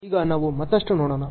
ಈಗ ನಾವು ಮತ್ತಷ್ಟು ನೋಡೋಣ